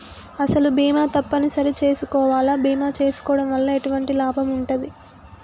అసలు బీమా తప్పని సరి చేసుకోవాలా? బీమా చేసుకోవడం వల్ల ఎటువంటి లాభం ఉంటది?